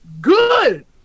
Good